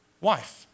wife